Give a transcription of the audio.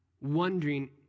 wondering